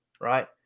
right